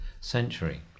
century